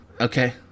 Okay